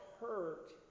hurt